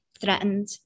threatened